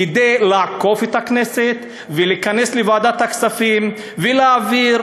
כדי לעקוף את הכנסת ולהיכנס לוועדת הכספים ולהעביר